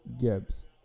Gibbs